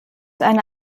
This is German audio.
eine